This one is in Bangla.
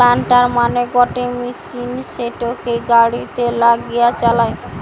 প্লান্টার মানে গটে মেশিন সিটোকে গাড়িতে লাগিয়ে চালায়